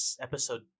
episode